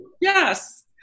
Yes